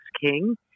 king